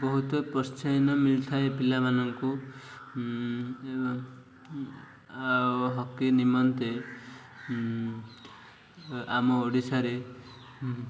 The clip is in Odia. ବହୁତ ପ୍ରୋତ୍ସାହନ ମିଳିଥାଏ ପିଲାମାନଙ୍କୁ ଆଉ ହକି ନିମନ୍ତେ ଆମ ଓଡ଼ିଶାରେ